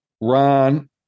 Ron